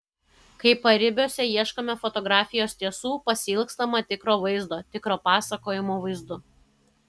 kai paribiuose ieškome fotografijos tiesų pasiilgstama tikro vaizdo tikro pasakojimo vaizdu